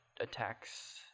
attacks